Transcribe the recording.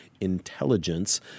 intelligence